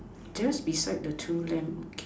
just beside the two length